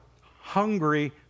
hungry